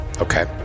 Okay